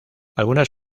algunas